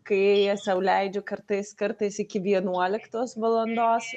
kai sau leidžiu kartais kartais iki vienuoliktos valandos